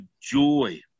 joy